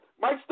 Mike